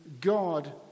God